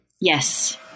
Yes